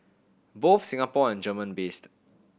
both Singapore and German based